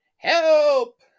Help